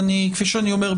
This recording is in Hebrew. כפי שאני אומר,